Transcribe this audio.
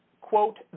quote